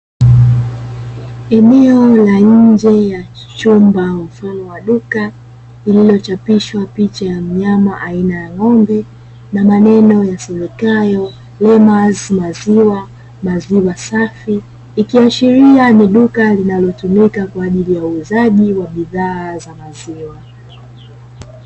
Eneo la nje ya chumba mfano wa duka, lililochapishwa picha ya mnyama aina ya ng'ombe, na maneno yasomekayo "lemazi maziwa" "maziwa safi". Ikiashiria ni duka linalotumika kwa ajili ya uuzaji wa bidhaa za maziwa.